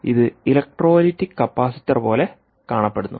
ഇത് electrolytic capacitor പോലെ കാണപ്പെടുന്നു